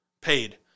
paid